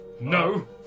No